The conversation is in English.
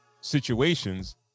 situations